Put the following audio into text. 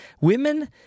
women